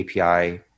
API